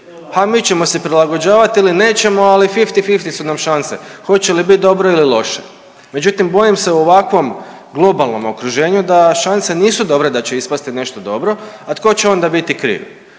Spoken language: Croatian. mi ćemo se prilagođavati ili nećemo ali fifty fifty su nam šanse hoće li bit dobro ili loše. Međutim, bojim se u ovakvom globalnom okruženju da šanse nisu dobre da će ispasti nešto dobro, a tko će onda biti kriv?